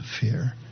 fear